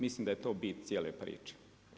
Mislim da je to bi cijele priče.